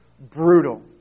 brutal